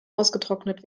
ausgetrocknet